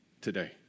today